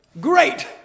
Great